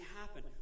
happen